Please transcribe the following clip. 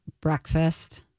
breakfast